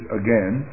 again